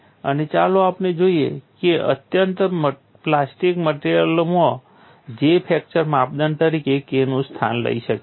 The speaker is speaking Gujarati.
અને ચાલો આપણે જોઈએ કે અત્યંત પ્લાસ્ટિક મટિરિયલોમાં J ફ્રેક્ચર માપદંડ તરીકે K નું સ્થાન લઈ શકે છે